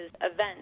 events